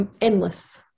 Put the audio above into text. endless